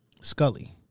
Scully